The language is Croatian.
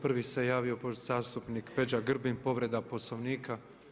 Prvi se javio zastupnik Peđa Grbin, povreda Poslovnika.